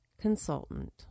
consultant